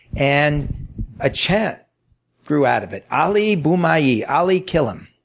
and a chant grew out of it. ali boomayi, ali kill him.